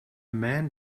man